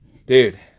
Dude